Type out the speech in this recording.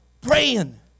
praying